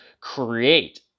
create